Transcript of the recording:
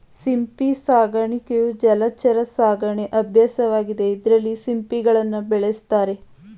ಸಿಂಪಿ ಸಾಕಾಣಿಕೆಯು ಜಲಚರ ಸಾಕಣೆ ಅಭ್ಯಾಸವಾಗಿದೆ ಇದ್ರಲ್ಲಿ ಸಿಂಪಿಗಳನ್ನ ಬೆಳೆಸ್ತಾರೆ